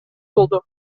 болду